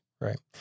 Right